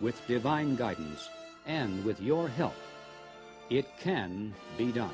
with divine guidance and with your help it can be done